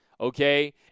okay